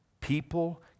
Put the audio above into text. people